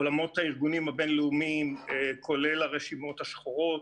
עולמות הארגונים הבינלאומיים כולל הרשימות השחורות,